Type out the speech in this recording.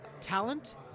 talent